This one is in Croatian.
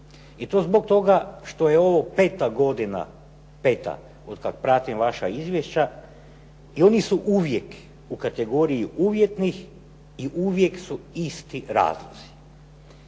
i to zbog toga što je ovo peta godina, peta, otkad pratim vaša izvješća i oni su uvijek u kategoriji uvjetnih i uvijek su isti razlozi.